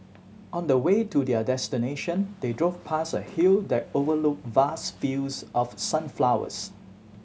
on the way to their destination they drove past a hill that overlooked vast fields of sunflowers